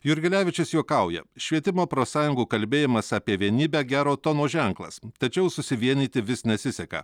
jurgilevičius juokauja švietimo profsąjungų kalbėjimas apie vienybę gero tono ženklas tačiau susivienyti vis nesiseka